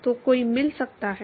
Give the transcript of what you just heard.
तो कोई मिल सकता है